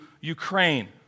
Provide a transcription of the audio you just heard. Ukraine